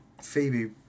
Phoebe